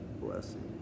blessing